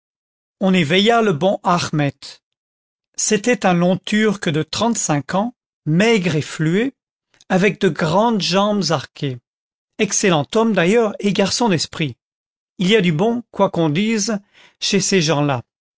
on éveilla le bon ahmed c'était un longturc de trente-cinq ans maigre et fluet avec de grandes jambes arquées excellent homme d'ailleurs et garçon d'esprit il y a du bon quoi qu'on dise chez ces gens-là